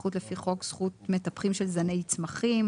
זכות לפי חוק זכות מטפחים של זני צמחים,